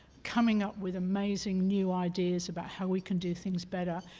coming up with amazing new ideas about how we can do things better,